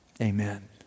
amen